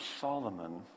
Solomon